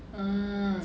mm